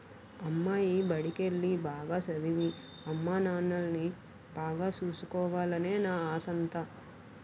అమ్మాయి బడికెల్లి, బాగా సదవి, అమ్మానాన్నల్ని బాగా సూసుకోవాలనే నా ఆశంతా